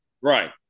right